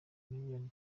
miliyoni